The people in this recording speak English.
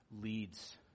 leads